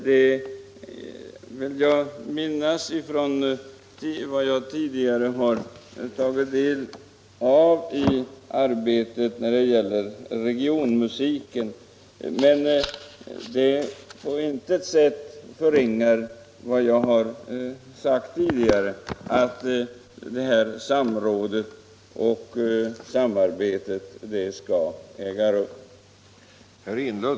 Det vill jag minnas framgått av vad jag tidigare tagit del av i arbetet rörande regionmusiken. Men det förringar på intet sätt vad jag sagt tidigare att samråd och samarbete skall äga rum.